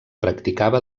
practicava